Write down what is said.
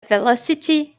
velocity